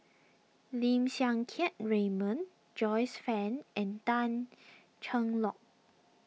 Lim Siang Keat Raymond Joyce Fan and Tan Cheng Lock